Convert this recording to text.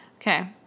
Okay